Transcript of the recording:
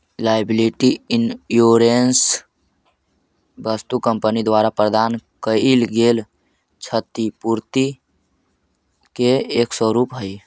liability insurance वस्तु company द्वारा प्रदान कैइल गेल क्षतिपूर्ति के एक स्वरूप हई